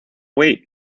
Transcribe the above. wait